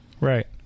Right